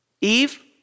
Eve